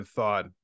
Thought